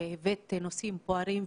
הבאת נושאים כל כך בוערים וחשובים.